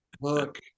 Look